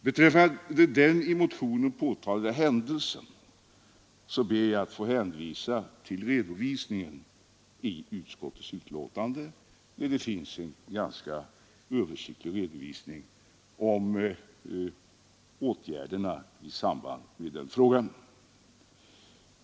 Beträffande den i motionen påtalade händelsen ber jag att få hänvisa till redovisningen i utskottets betänkande, där det finns en ganska översiktlig redovisning av åtgärderna i den frågan.